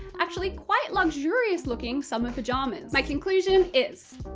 actually quite luxurious-looking summer pyjamas. my conclusion is